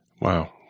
wow